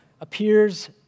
appears